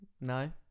No